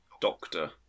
Doctor